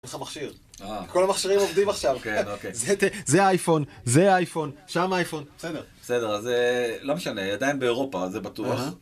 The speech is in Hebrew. אין לך מכשיר, כל המכשירים עובדים עכשיו, זה אייפון, זה אייפון, שם אייפון, בסדר. בסדר, זה לא משנה, עדיין באירופה, זה בטוח.